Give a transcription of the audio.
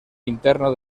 interno